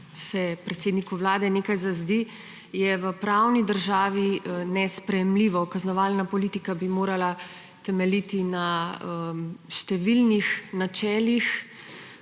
se predsedniku vlade nekaj zazdi, je v pravni državi nesprejemljivo. Kaznovalna politika bi morala temeljiti na številnih načelih,